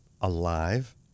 alive